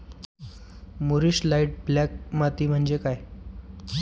मूरिश light black माती म्हणजे काय?